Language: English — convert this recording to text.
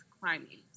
climbing